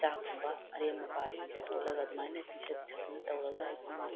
ꯆꯥꯛꯀꯨꯝꯕ ꯑꯔꯦꯝ ꯑꯄꯥꯁꯤꯡꯁꯦ ꯇꯣꯠꯂꯒ ꯑꯗꯨꯃꯥꯏꯅ ꯄꯤꯖ ꯄꯤꯊꯛꯇꯅ ꯇꯧꯔꯒ ꯑꯩꯈꯣꯏꯅ